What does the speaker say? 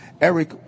eric